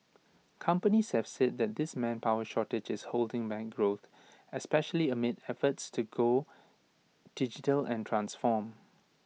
companies have said that this manpower shortage is holding back growth especially amid efforts to go digital and transform